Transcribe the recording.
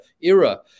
era